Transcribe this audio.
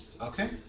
Okay